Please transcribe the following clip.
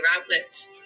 outlets